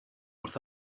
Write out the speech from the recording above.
wrth